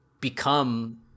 become